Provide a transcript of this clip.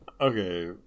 okay